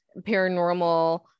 paranormal